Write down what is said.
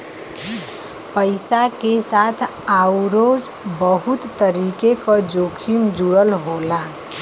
पइसा के साथ आउरो बहुत तरीके क जोखिम जुड़ल होला